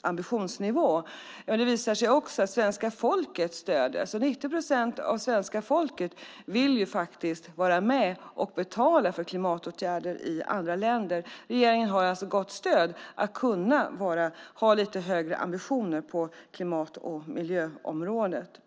ambitionsnivå. Det visar sig att också svenska folket stöder oss. 90 procent av svenska folket vill vara med och betala för klimatåtgärder i andra länder. Regeringen har alltså gott stöd för att kunna ha lite högre ambitioner på klimat och miljöområdet.